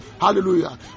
Hallelujah